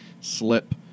slip